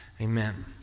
Amen